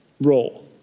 role